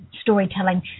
Storytelling